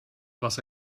was